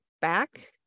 back